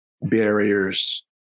barriers